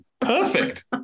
Perfect